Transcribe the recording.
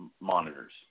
monitors